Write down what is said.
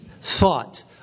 thought